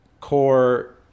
core